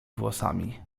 włosami